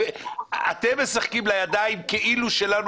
אתם כאילו משחקים לידיים שלנו,